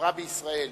החברה בישראל